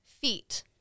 feet